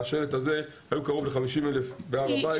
היו קרוב ל-50,000 אנשים בהר הבית.